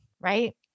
right